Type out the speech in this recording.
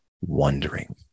wondering